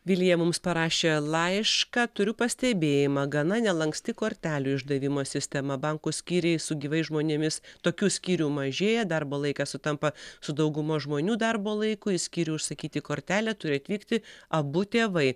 vilija mums parašė laišką turiu pastebėjimą gana nelanksti kortelių išdavimo sistema bankų skyriai su gyvais žmonėmis tokių skyrių mažėja darbo laikas sutampa su daugumos žmonių darbo laiku į skyrių užsakyti kortelę turi atvykti abu tėvai